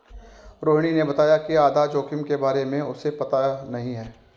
रोहिणी ने बताया कि आधार जोखिम के बारे में उसे पता नहीं है